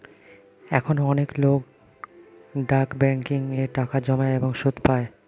এখনো অনেক লোক ডাক ব্যাংকিং এ টাকা জমায় এবং সুদ পায়